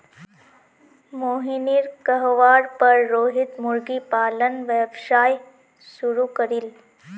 मोहिनीर कहवार पर रोहित मुर्गी पालन व्यवसाय शुरू करील